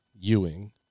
Ewing